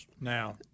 Now